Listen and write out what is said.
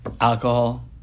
Alcohol